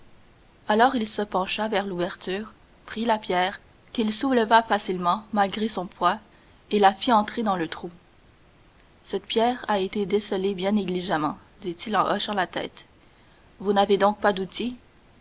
alors il se pencha vers l'ouverture prit la pierre qu'il souleva facilement malgré son poids et la fit entrer dans le trou cette pierre a été descellée bien négligemment dit-il en hochant la tête vous n'avez donc pas d'outils